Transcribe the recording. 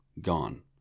gone